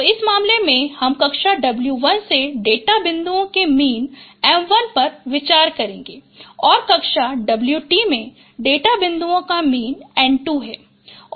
तो इस मामले में हम कक्षा w1 में डेटा बिंदुओं के मीन m1 पर विचार करें और कक्षा w2 में डेटा बिंदुओं का मीन m2 है